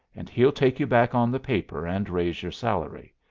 and he'll take you back on the paper and raise your salary.